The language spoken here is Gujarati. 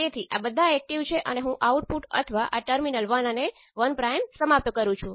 તેમાંથી તમે 4 પેરામિટર માટે ઉકેલી શકો છો